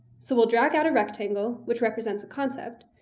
so we'll drag out a rectangle, which represents a concept,